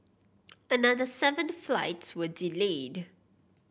another seven flights were delayed